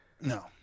No